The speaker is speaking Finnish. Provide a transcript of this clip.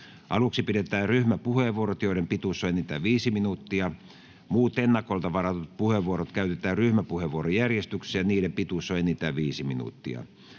Aluksi pidetään ryhmäpuheenvuorot, joiden pituus on enintään viisi minuuttia. Muut ennakolta varatut puheenvuorot käytetään ryhmäpuheenvuorojärjestyksessä ja niiden pituus on enintään viisi minuuttia.